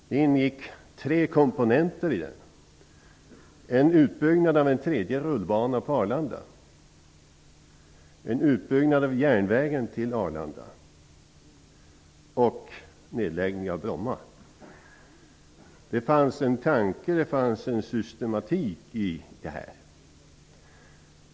Det ingick tre komponenter i den: byggande av en tredje rullbana på Arlanda, utbyggnad av järnvägen till Arlanda och nedläggning av Bromma. Det fanns en tanke, en systematik i det här.